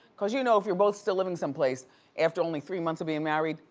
cause you know if you're both still living some place after only three months of being married,